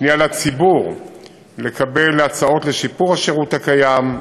פנייה לציבור לקבלת הצעות לשיפור השירות הקיים.